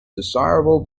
desirable